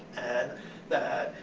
and that,